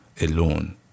alone